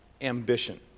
ambition